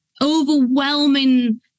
overwhelming